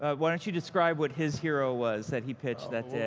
ah why don't you describe what his hero was that he pitched that day?